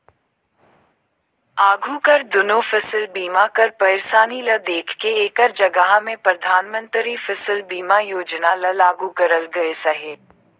आघु कर दुनो फसिल बीमा कर पइरसानी ल देख के एकर जगहा में परधानमंतरी फसिल बीमा योजना ल लागू करल गइस अहे